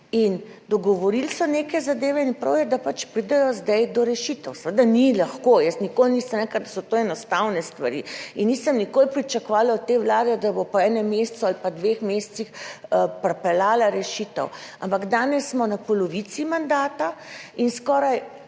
Dogovorili so se neke zadeve in prav je, da pač pridejo zdaj do rešitev. Seveda ni lahko. Jaz nikoli nisem rekla, da so to enostavne stvari, in nisem nikoli pričakovala od te vlade, da bo po enem mesecu ali dveh mesecih pripeljala rešitev, ampak danes smo na polovici mandata in sklep